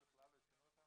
בכלל לא עדכנו אותנו,